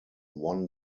won